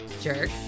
jerk